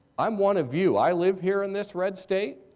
i'm one of you. i live here in this red state,